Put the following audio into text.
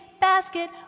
basket